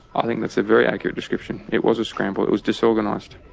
i think that's a very accurate description. it was a scramble. it was disorganized.